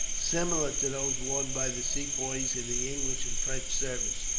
similar to those worn by the sepoys in the english and french service,